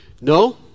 No